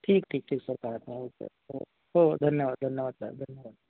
ठीक ठीक ठीक सर हो धन्यवाद धन्यवाद साहेब धन्यवाद